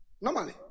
Normally